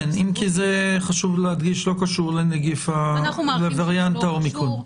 אם כי חשוב להדגיש שזה לא קשור לווריאנט ה-אומיקרון.